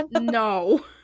No